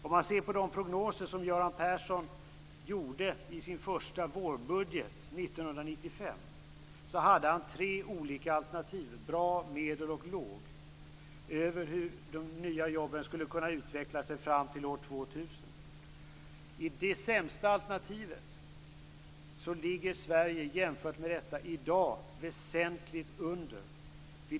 Om man ser på de prognoser som hade han tre olika alternativ, dvs. bra, medel och låg, över hur de nya jobben skulle kunna utvecklas fram till år 2000. Jämfört med det sämsta alternativet ligger Sverige i dag väsentligt under.